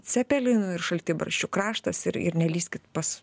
cepelinų ir šaltibarščių kraštas ir ir nelįskit pas